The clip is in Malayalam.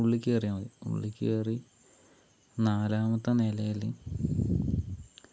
ഉള്ളിൽ കയറിയാൽ മതി ഉള്ളിൽ കയറി നാലാമത്തെ നിലയിൽ